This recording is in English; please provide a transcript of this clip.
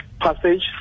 Passage